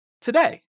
today